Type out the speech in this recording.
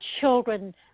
children